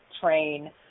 train